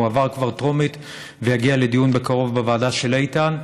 הוא כבר עבר טרומית ויגיע לדיון בקרוב בוועדה של איתן,